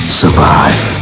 survive